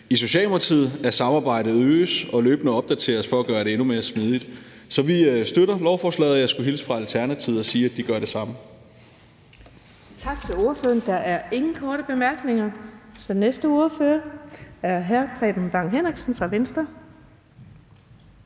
er positivt, at samarbejdet øges og løbende opdateres for at gøre det endnu mere smidigt. Så vi støtter lovforslaget. Og jeg skulle hilse fra Alternativet og sige, at de gør det samme.